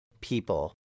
people